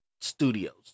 studios